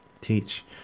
teach